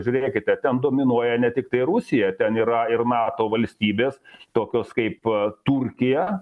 žiūrėkite ten dominuoja ne tiktai rusija ten yra ir nato valstybės tokios kaip turkija